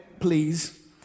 please